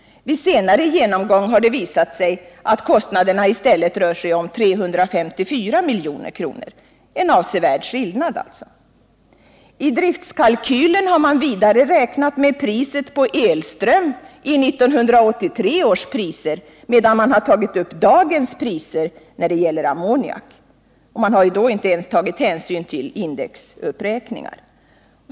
Vid senare genomgång har det visat sig att kostnaderna i stället rör sig om 354 milj.kr. — en avsevärd skillnad alltså. I driftskalkylen har man vidare räknat med priset på elström i 1983 års priser, medan man tagit upp dagens priser på ammoniak. Man har inte ens tagit hänsyn till indexuppräkningar.